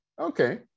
okay